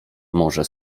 może